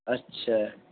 اچھا